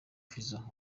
fazzo